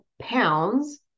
pounds